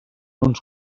uns